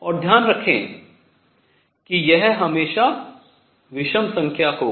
और ध्यान रखें कि यह हमेशा विषम संख्या होगी